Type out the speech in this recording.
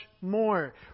more